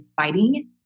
fighting